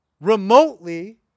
remotely